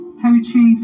poetry